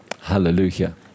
Hallelujah